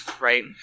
right